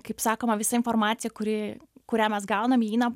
kaip sakoma visi informacija kuri kurią mes gaunam įeina